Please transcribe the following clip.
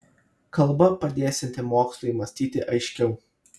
kalba padėsianti mokslui mąstyti aiškiau